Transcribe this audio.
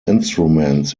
instruments